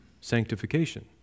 sanctification